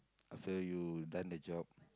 after you done the job